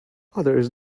others